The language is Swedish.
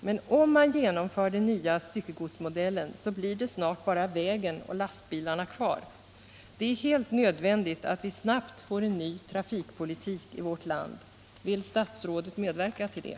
Men om man genomför den nya styckegodsmodellen, så blir det snart bara vägen och lastbilarna kvar. Det är helt nödvändigt att vi snabbt får en ny trafikpolitik i vårt land. Vill statsrådet medverka till det?